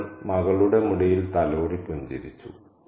അവൾ മകളുടെ മുടിയിൽ തലോടി പുഞ്ചിരിച്ചു